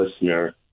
listener